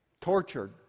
Tortured